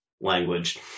language